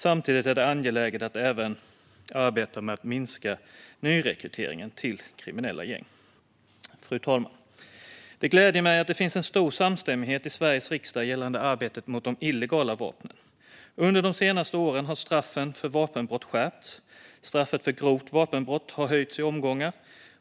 Samtidigt är det angeläget att även arbeta med att minska nyrekryteringen till kriminella gäng. Fru talman! Det gläder mig att det finns en stor samstämmighet i Sveriges riksdag gällande arbetet mot de illegala vapnen. Under de senaste åren har straffen för vapenbrott skärpts. Straffet för grovt vapenbrott har höjts i omgångar.